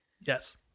Yes